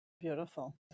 Beautiful